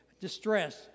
distress